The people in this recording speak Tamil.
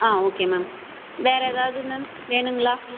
ஆ ஓகே மேம் வேறு எதாவது மேம் வேணுங்களா